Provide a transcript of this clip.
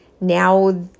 Now